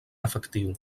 efectiu